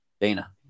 Dana